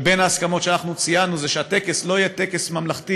בין ההסכמות שציינו זה שהטקס לא יהיה טקס ממלכתי